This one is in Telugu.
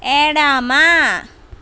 ఎడమ